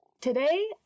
Today